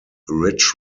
ridge